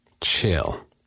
Chill